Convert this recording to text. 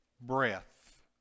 breath